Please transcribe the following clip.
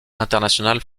international